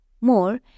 more